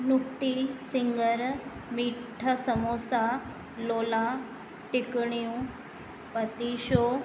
नुक्ति सिङर मिठा समोसा लोला टिकड़ियूं पतीशो